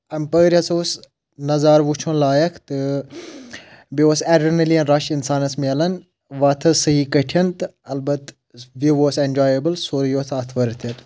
اَمہِ پٲرۍ ہَسا اوس نظارٕ وٕچھُن لایق تہٕ بیٚیہِ اوس اؠرِنلین رَش اِنسانَس مِلان وَتھ ٲس صحیح کٔٹھؠن تہٕ البتہٕ وِو اوس اؠنجایبٕل سورُے اوس اَتھ ؤرتھ تہِ